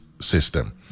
system